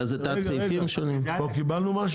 5. 5 נצביע בסוף, תמשיך.